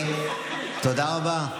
תודה רבה.